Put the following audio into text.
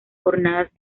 jornadas